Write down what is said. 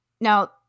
now